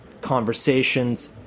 conversations